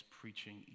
preaching